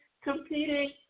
Competing